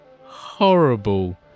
horrible